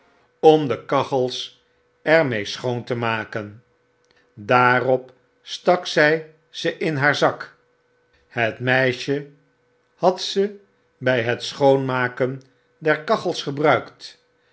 om de kachels er mee schoon te maken daarop stak zy ze in haar zak het meisje had ze by het schoonmaken der kachels gebruikt